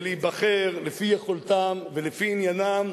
להיבחר לפי יכולתם ולפי עניינם,